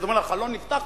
אתה אומר: החלון נפתח,